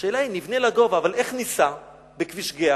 השאלה היא, נבנה לגובה, אבל איך ניסע בכביש גהה?